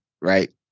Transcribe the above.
Right